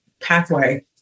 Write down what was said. pathway